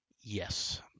yes